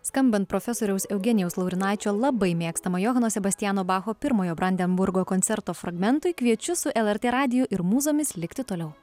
skambant profesoriaus eugenijaus laurinaičio labai mėgstama johano sebastiano bacho pirmojo brandenburgo koncerto fragmentui kviečiu su lrt radiju ir mūzomis likti toliau